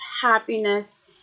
happiness